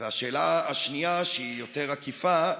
השאלה שנייה, שהיא יותר עקיפה: